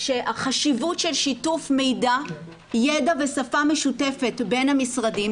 שהחשיבות של שיתוף מידע ידע ושפה משותפת בין המשרדים,